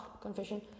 confession